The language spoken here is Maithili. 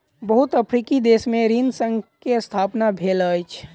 बहुत अफ्रीकी देश में ऋण संघ के स्थापना भेल अछि